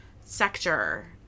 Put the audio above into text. sector